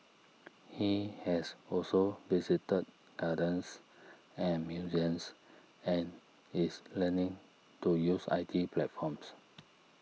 he has also visited gardens and museums and is learning to use I T platforms